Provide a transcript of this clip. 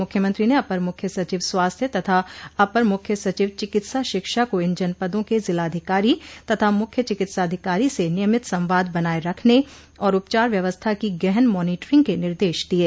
मुख्यमंत्री ने अपर मुख्य सचिव स्वास्थ्य तथा अपर मुख्य सचिव चिकित्सा शिक्षा को इन जनपदों के जिलाधिकारी तथा मुख्य चिकित्साधिकारी से नियमित संवाद बनाये रखने और उपचार व्यवस्था की गहन मॉनिटरिंग के निर्देश दिये